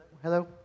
Hello